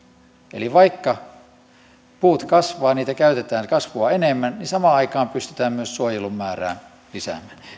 eli vaikka puut kasvavat niitä käytetään kasvua enemmän niin samaan aikaan pystytään myös suojelun määrää lisäämään